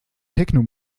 techno